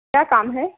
क्या काम है